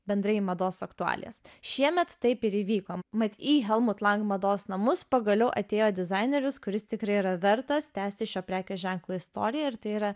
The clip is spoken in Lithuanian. bendrai mados aktualijas šiemet taip ir įvyko mat į helmut lang mados namus pagaliau atėjo dizaineris kuris tikrai yra vertas tęsti šio prekės ženklo istoriją ir tai yra